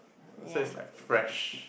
so is like fresh